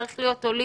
צריך להיות הוליסטי,